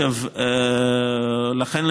לכן,